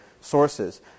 sources